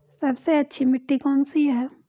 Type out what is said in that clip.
सबसे अच्छी मिट्टी कौन सी है?